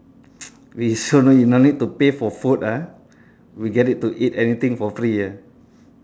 we so no need no need to pay for food ah we get it to eat anything for free ah